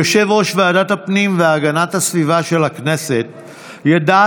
כיושב-ראש ועדת הפנים והגנת הסביבה של הכנסת ידע